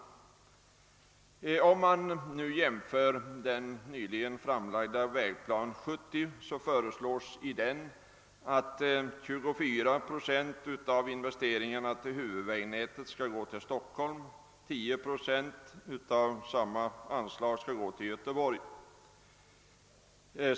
Jämför man med den nyligen framlagda Vägplan 1970 föreslås i denna, att 24 procent av investeringarna till huvudvägnätet skall gå till Stockholm och 10 procent till Göteborg.